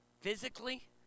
physically